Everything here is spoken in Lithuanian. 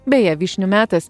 beje vyšnių metas